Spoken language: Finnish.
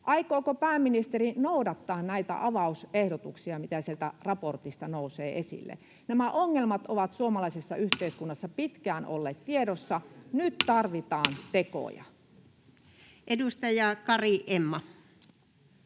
Aikooko pääministeri noudattaa näitä avausehdotuksia, mitä sieltä raportista nousee esille? Nämä ongelmat ovat suomalaisessa yhteiskunnassa pitkään olleet tiedossa. Nyt tarvitaan tekoja. Edustaja Kari, Emma.